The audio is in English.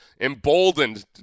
emboldened